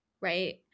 right